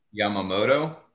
Yamamoto